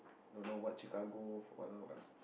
don't know what Chicago I don't know what ah